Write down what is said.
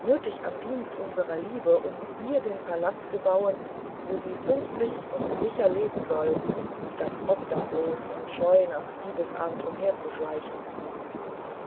nötig im dienste unserer liebe um ihr den palast zu bauen wo sie fürstlich und sicher leben soll statt obdachlos und scheu nach diebesart umherzuschleichen